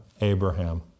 Abraham